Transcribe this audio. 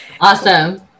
Awesome